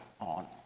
on